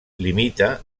limita